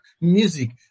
music